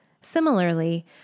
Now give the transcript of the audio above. Similarly